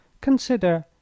consider